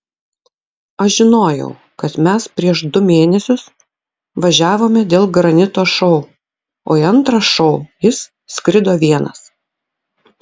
aš žinojau kad mes prieš du mėnesius važiavome dėl granito šou o į antrą šou jis skrido vienas